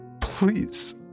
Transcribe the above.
Please